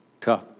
tough